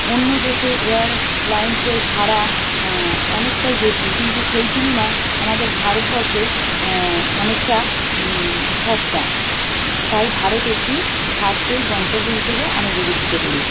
অন্য দেশে এয়ার লাইন্সের ভাড়া অনেকটাই বেশি কিন্তু সেই তুলনায় আমাদের ভারতবর্ষে অনেকটা সস্তা তাই ভারত একটি সাশ্রয়ী গন্তব্য হিসেবে আমি বিবেচিত করি